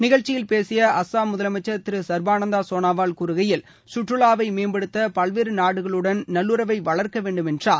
நிகழ்ச்சியில் பேசிய அஸ்ஸாம் முதலமைச்சர் திரு சர்பானந்தா சோனாவால் கூறுகையில் சுற்றுவாவை மேம்படுத்த பல்வேறு நாடுகளுடன் நல்லுறவை வளர்க்க வேண்டும் என்றார்